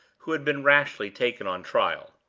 who had been rashly taken on trial.